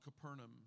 Capernaum